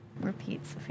repeats